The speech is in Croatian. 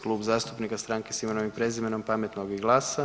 Klub zastupnika Stranka s Imenom i Prezimenom, Pametnog i GLAS-a.